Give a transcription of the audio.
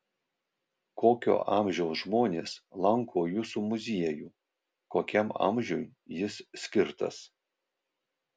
kokio amžiaus žmonės lanko jūsų muziejų kokiam amžiui jis skirtas